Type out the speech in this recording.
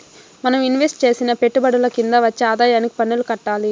మనం ఇన్వెస్టు చేసిన పెట్టుబడుల కింద వచ్చే ఆదాయానికి పన్నులు కట్టాలి